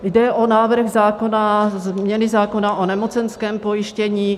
Jde o návrh zákona, změny zákona o nemocenském pojištění.